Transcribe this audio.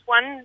One